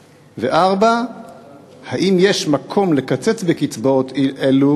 4. האם יש מקום לקצץ בקצבאות אלו